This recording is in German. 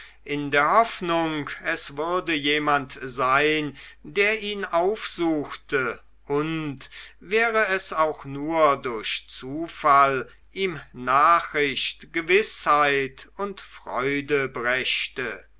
in der hoffnung es würde jemand sein der ihn aufsuchte und wäre es auch nur durch zufall ihm nachricht gewißheit und freude brächte